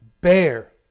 bear